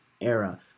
era